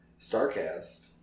StarCast